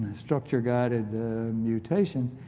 structure guided mutation,